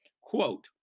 Quote